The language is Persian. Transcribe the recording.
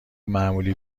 معمولی